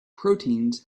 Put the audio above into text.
proteins